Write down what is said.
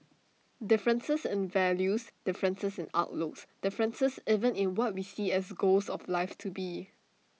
differences in values differences in outlooks differences even in what we see as goals of life to be